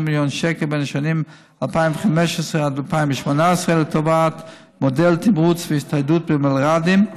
280 מיליון שקל בשנים 2015 2018 לטובת מודל תמרוץ והצטיידות במלר"דים,